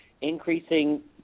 increasing